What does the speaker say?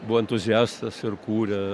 buvo entuziastės ir kūrė